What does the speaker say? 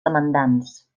demandants